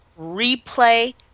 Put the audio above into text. replay